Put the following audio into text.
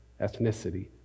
ethnicity